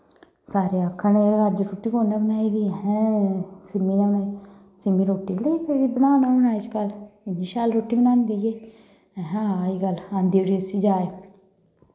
सारे आखन एह् अज्ज रुट्टी कु'न्नै बनाई दी अहैं सिम्मी ने बनाई दी सिम्मी रुट्टी बी लग्गी पेदी हून अजकल्ल बनान इन्नी शैल रुट्टी बनांदी एह् अहैं हां अजकल्ल आंदी उठी इस्सी जाच